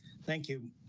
thank you.